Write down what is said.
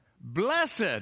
Blessed